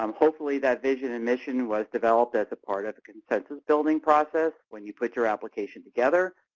um hopefully that vision and mission was developed as part of a consensus-building process when you put your application together.